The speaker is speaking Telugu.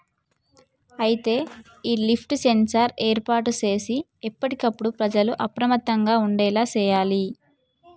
అయితే ఈ లిఫ్ట్ సెన్సార్ ఏర్పాటు సేసి ఎప్పటికప్పుడు ప్రజల అప్రమత్తంగా ఉండేలా సేయాలి